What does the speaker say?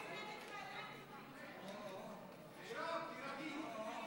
איילת נחמיאס ורבין,